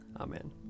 Amen